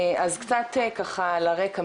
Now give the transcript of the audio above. אז קצת ככה לרקע,